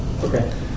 Okay